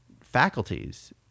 faculties